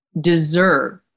deserve